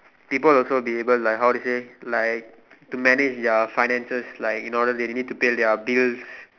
people also deliver like how they say like to manage their finances like in order that they need to pay their bills